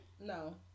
No